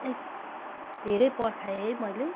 ए धेरै पर्खाएँ है मैले